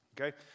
Okay